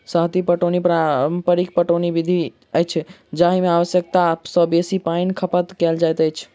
सतही पटौनी पारंपरिक पटौनी विधि अछि जाहि मे आवश्यकता सॅ बेसी पाइनक खपत कयल जाइत अछि